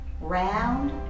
Round